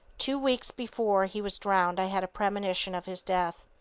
two weeks before he was drowned i had a premonition of his death.